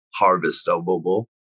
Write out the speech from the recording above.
harvestable